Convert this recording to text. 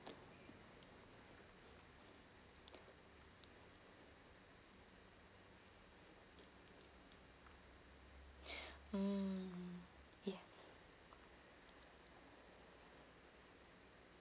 mm ya